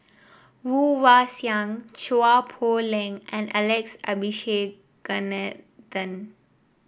Woon Wah Siang Chua Poh Leng and Alex Abisheganaden